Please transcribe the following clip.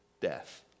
death